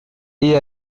est